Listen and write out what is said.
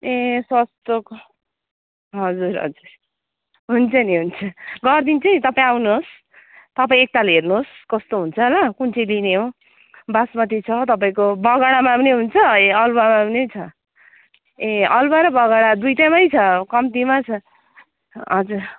ए सस्तोको हजुर हजुर हुन्छ नि हुन्छ गरिदिन्छु है तपाईँ आउनु होस् तपाईँ एक ताल हेर्नु होस् कस्तो हुन्छ ल कुन चाहिँ लिने हो बासमती छ तपाईँको बगाडामा पनि हुन्छ ए अलुवामा पनि छ ए अलुवा र बगाडा दुइवटामा छ कम्तीमा छ हजुर